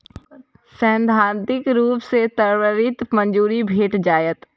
सैद्धांतिक रूप सं त्वरित मंजूरी भेट जायत